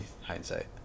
hindsight